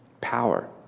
power